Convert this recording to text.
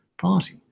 party